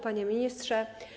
Panie Ministrze!